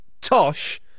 tosh